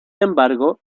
embargo